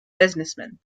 businessmen